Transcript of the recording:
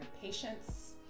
patience